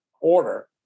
order